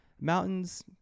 Mountains